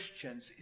Christians